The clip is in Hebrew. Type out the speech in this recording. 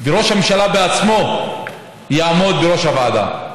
וראש הממשלה בעצמו יעמוד בראש הוועדה.